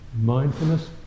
Mindfulness